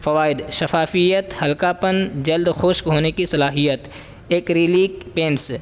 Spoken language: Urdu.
فوائد شفافیت ہلکاپن جلد خشک ہونے کی صلاحیت ایکریلیک پینٹس